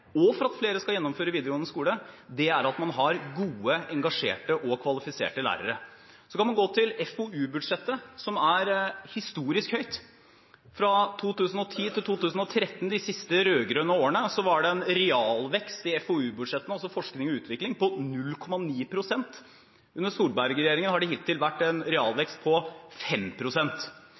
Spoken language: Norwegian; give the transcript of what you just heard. og for at flere skal gjennomføre videregående skole, er at man har gode, engasjerte og kvalifiserte lærere. Så kan man gå til FoU-budsjettet, som er historisk høyt. Fra 2010 til 2013, de siste rød-grønne årene, var det en realvekst i FoU-budsjettene – altså forskning og utvikling – på 0,9 pst. Under Solberg-regjeringen har det hittil vært en realvekst på